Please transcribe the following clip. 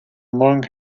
among